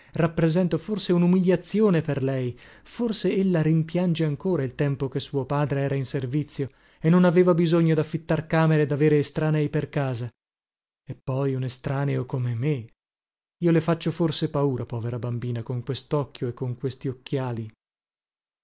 rappresento forse unumiliazione per lei forse ella rimpiange ancora il tempo che suo padre era in servizio e non aveva bisogno daffittar camere e davere estranei per casa e poi un estraneo come me io le faccio forse paura povera bambina con questocchio e con questi occhiali